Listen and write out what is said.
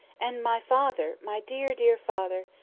and my father, my dear, dear father!